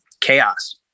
chaos